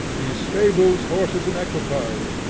these stables, horses and equipage,